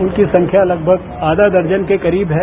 उनकी संख्यालगभग आधा दर्जन के करीब है